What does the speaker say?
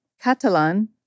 Catalan